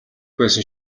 байсан